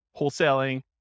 wholesaling